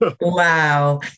Wow